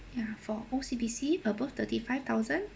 ya for O_C_B_C above thirty five thousand